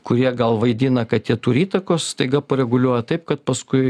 kurie gal vaidina kad jie turi įtakos staiga pareguliuot taip kad paskui